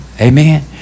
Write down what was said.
Amen